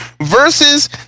versus